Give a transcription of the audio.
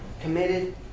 committed